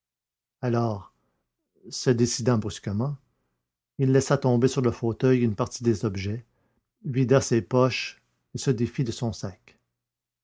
alors se décidant brusquement il laissa tomber sur le fauteuil une partie des objets vida ses poches et se défit de son sac